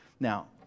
Now